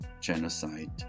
genocide